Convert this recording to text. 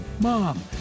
Mom